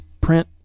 print